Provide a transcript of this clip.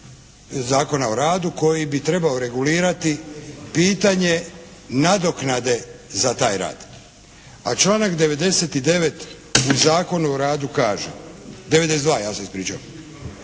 Zakona o radu koji bi trebao regulirati pitanje nadoknade za taj rad. A članak 99. u Zakonu o radu kaže, 92. ja se ispričavam.